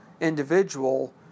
individual